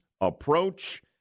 approach